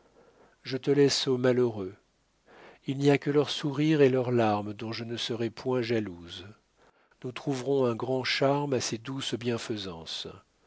je te laisse aux malheureux il n'y a que leurs sourires et leurs larmes dont je ne serai point jalouse nous trouverons un grand charme à ces douces bienfaisances